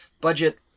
budget